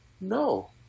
no